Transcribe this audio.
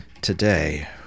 today